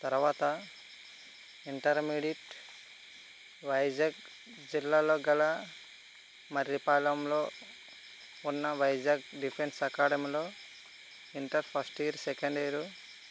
తర్వాత ఇంటర్మీడియట్ వైజాగ్ జిల్లాలో గల మర్రిపాలెంలో ఉన్న వైజాగ్ డిఫెన్స్ అకాడమీలో inter first year second year